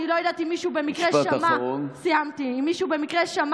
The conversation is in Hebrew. אני לא יודעת אם מישהו במקרה שמע,